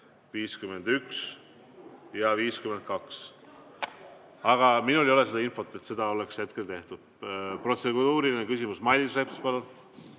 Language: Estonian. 51 ja 52. Aga minul ei ole infot, et seda oleks hetkel tehtud. Protseduuriline küsimus, Mailis Reps, palun!